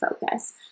focus